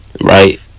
right